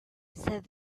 said